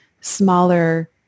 smaller